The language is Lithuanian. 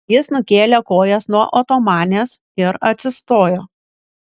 jis nukėlė kojas nuo otomanės ir atsistojo